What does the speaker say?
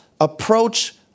approach